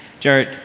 jared,